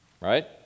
right